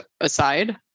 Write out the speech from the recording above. aside